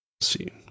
see